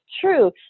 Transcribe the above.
true